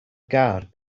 guard